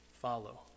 follow